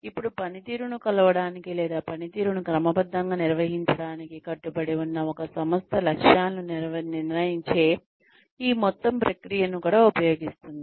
ఇప్పుడు పనితీరును కొలవడానికి లేదా పనితీరును క్రమబద్ధంగా నిర్వహించడానికి కట్టుబడి ఉన్న ఒక సంస్థ లక్ష్యాలను నిర్ణయించే ఈ మొత్తం ప్రక్రియను కూడా ఉపయోగిస్తుంది